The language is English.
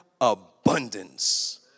abundance